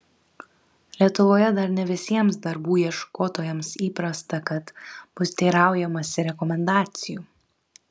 lietuvoje dar ne visiems darbų ieškotojams įprasta kad bus teiraujamasi rekomendacijų